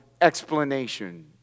explanation